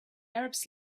arabs